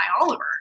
Oliver